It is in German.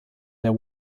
der